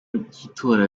by’itora